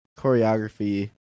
choreography